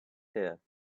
here